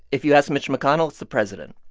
if you ask mitch mcconnell, it's the president.